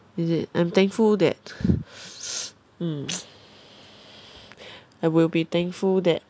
is it I'm thankful that mm I will be thankful that